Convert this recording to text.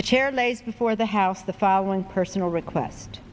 lays before the house the following personal request